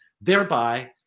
thereby